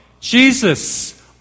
Jesus